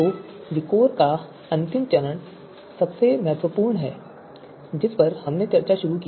तो विकोर का अंतिम चरण सबसे महत्वपूर्ण है जिस पर हमने चर्चा शुरू की